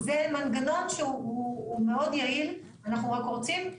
זה מנגנון שהוא מאוד יעיל אנחנו רק רוצים,